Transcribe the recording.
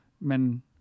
Men